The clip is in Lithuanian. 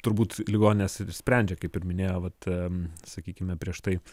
turbūt ligoninės sprendžia kaip ir minėjo vat sakykime prieš tai